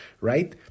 right